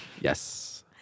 Yes